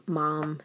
mom